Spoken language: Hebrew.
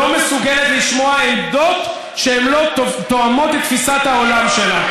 משום שהיא לא מסוגלת לשמוע עמדות שהן לא תואמות את תפיסת העולם שלה.